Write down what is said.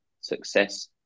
success